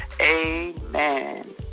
Amen